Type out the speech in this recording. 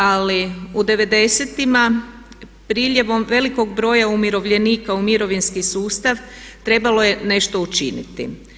Ali, u '90-ima priljevom velikog broja umirovljenika u mirovinski sustav trebalo je nešto učiniti.